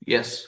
Yes